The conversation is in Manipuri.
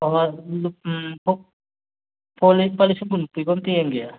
ꯑꯧ ꯑꯧ ꯎꯝ ꯐꯣꯟ ꯂꯨꯄꯥ ꯂꯤꯁꯤꯡ ꯀꯨꯟꯃꯨꯛ ꯄꯤꯕ ꯑꯃꯇ ꯌꯦꯡꯒꯦ